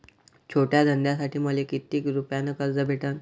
छोट्या धंद्यासाठी मले कितीक रुपयानं कर्ज भेटन?